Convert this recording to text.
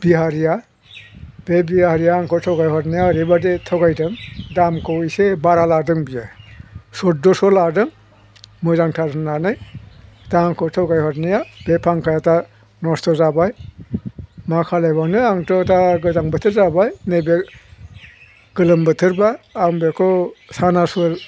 बिहारिया बे बिहारिया आंखौ थगाय हरनाया ओरैबायदि थगायदों दामखौ इसे बारा लादों बियो सुइद'स' लादों मोजांथार होननानै दा आंखौ थगाय हरनाया बे फांखाया दा नस्थ' जाबाय मा खालायबावनो आंथ' गोजां बोथोर जाबाय नैबे गोलोम बोथोरबा आं बेखौ सानासुर